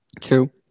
True